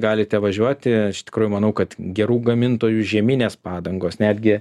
galite važiuoti iš tikrųjų manau kad gerų gamintojų žieminės padangos netgi